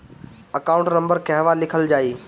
Account number कहवा लिखल जाइ?